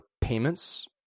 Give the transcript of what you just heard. payments